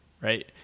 right